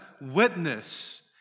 witness